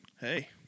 Hey